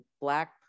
black